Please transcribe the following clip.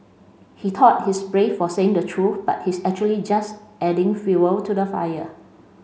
he thought he's brave for saying the truth but he's actually just adding fuel to the fire